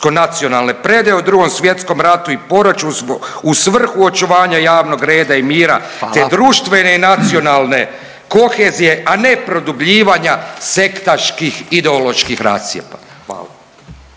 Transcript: predaje, u Drugom svjetskom ratu i poraću smo u svrhu očuvanja javnog reda i mira…/Upadica Radin: Hvala/… te društvene i nacionalne kohezije, a ne produbljivanja sektaških ideoloških rascjepa,